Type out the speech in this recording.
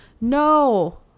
No